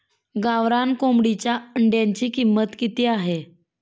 गावरान कोंबडीच्या अंड्याची किंमत किती आहे?